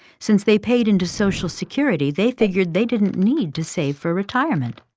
since they paid into social security they figured, they didn't need to save for retirement.